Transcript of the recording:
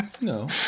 No